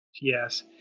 Yes